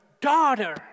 daughter